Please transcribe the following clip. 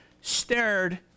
stared